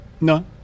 no